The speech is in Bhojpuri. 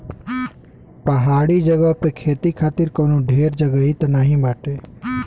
पहाड़ी जगह पे खेती खातिर कवनो ढेर जगही त नाही बाटे